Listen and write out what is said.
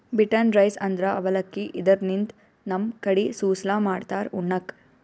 beaten rice ಅಂದ್ರ ಅವಲಕ್ಕಿ, ಇದರ್ಲಿನ್ದ್ ನಮ್ ಕಡಿ ಸುಸ್ಲಾ ಮಾಡ್ತಾರ್ ಉಣ್ಣಕ್ಕ್